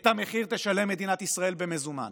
את המחיר תשלם מדינת ישראל במזומן.